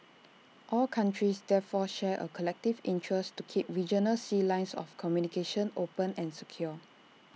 all countries therefore share A collective interest to keep regional sea lines of communication open and secure